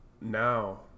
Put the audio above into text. now